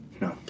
No